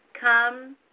Come